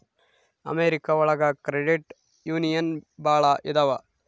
America ಒಳಗ credit union ಭಾಳ ಇದಾವ